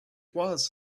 was